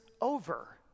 over